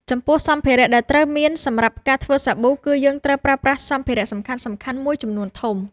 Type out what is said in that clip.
ចំពោះ សម្ភារៈដែលត្រូវមានសម្រាប់ការធ្វើសាប៊ូ គឺយើងត្រូវប្រើប្រាស់សម្ភារ:សំខាន់ៗមួយចំនួនធំ។